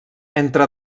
entre